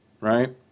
right